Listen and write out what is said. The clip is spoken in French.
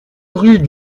rue